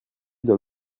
d’un